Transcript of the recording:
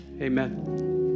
Amen